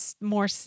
more